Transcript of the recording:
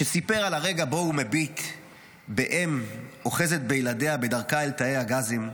שסיפר על הרגע שבו הוא מביט באם אוחזת בילדיה בדרכה אל תאי הגזים,